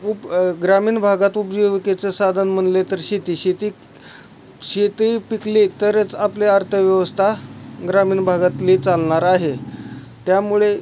उप ग्रामीण भागात उपजीविकेचं साधन म्हटले तर शेती शेती क् शेती पिकली तरच आपली अर्थव्यवस्था ग्रामीण भागातली चालणार आहे त्यामुळे